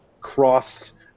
cross